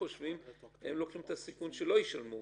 הם לוקחים את הסיכון שלא ישלמו,